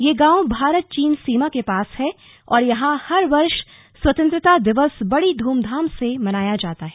यह गांव भारत चीन सीमा के पास है और यहां हर वर्ष स्वतंत्रता दिवस बड़ी ध्रमधाम से मनाया जाता है